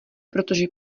protože